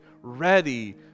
ready